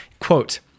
quote